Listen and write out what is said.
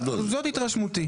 זאת התרשמותי.